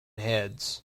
heads